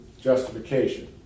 justification